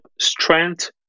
strength